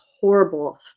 horrible